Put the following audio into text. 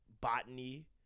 botany